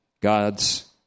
God's